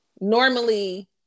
Normally